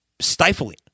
stifling